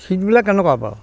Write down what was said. ছীটবিলাক কেনেকুৱা বাৰু